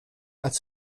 als